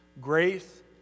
grace